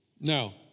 Now